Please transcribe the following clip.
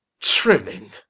trimming